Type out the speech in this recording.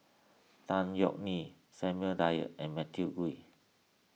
Tan Yeok Nee Samuel Dyer and Matthew Ngui